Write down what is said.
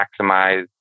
maximize